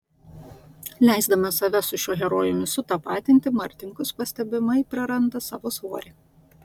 leisdamas save su šiuo herojumi sutapatinti martinkus pastebimai praranda savo svorį